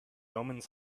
omens